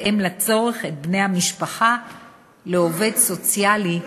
בהתאם לצורך, את בני-המשפחה לעובד סוציאלי מומחה.